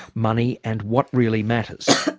money and what really matters.